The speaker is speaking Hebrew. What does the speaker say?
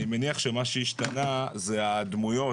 אני מניח שמה שהשתנה זה הדמויות,